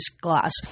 glass